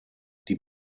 die